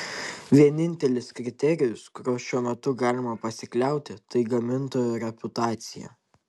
vienintelis kriterijus kuriuo šiuo metu galima pasikliauti tai gamintojo reputacija